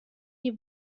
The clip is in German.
die